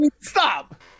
stop